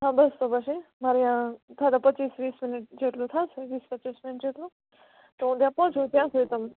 હા બસ તો પછી મારી થતા પચ્ચીસ વીસ મિનિટ જેટલું થશે વીસ પચ્ચીસ મિનિટ જેટલું તો હું ત્યાં પહોંચું ત્યાં સુધી તમે